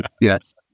Yes